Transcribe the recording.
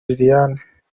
liliane